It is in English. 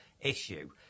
issue